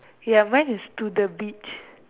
ya mine is to the beach